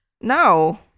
No